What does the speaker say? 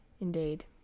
Indeed